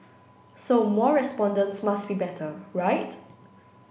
so more respondents must be better right